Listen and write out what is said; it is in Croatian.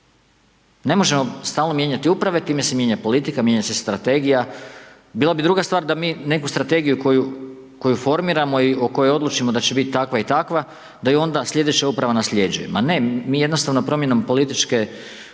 Ne možemo stalno mijenjati uprave, time se mijenja politike, mijenja se strategija, bila bi druga stvar da mi neku strategiju koju formiramo i o kojoj odlučimo da će biti takva i takva, da ju onda sljedeća uprava nasljeđuje. Ma ne, mi jednostavno promjenom političke